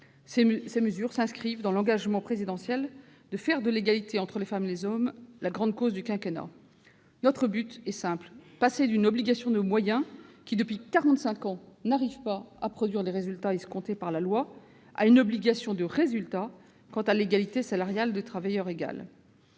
Ces mesures s'inscrivent dans l'engagement présidentiel de faire de l'égalité entre les femmes et les hommes la grande cause du quinquennat. Notre but est simple : passer d'une obligation de moyens, qui depuis quarante-cinq ans ne produit pas les résultats escomptés, à une obligation de résultat quant à l'égalité salariale à travail de valeur égale.